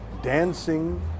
dancing